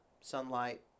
sunlight